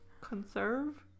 Conserve